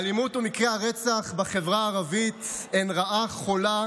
האלימות ומקרי הרצח בחברה הערבית הם רעה חולה